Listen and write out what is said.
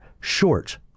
short